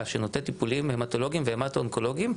שנותנת טיפולים המטולוגים ומטואונקולוגים,